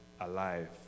alive